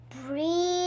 breathe